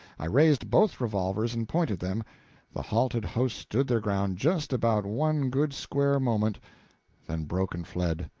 i raised both revolvers and pointed them the halted host stood their ground just about one good square moment, then broke and fled.